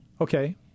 Okay